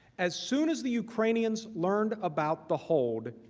as soon as the ukrainians learned about the hold,